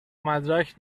مدرک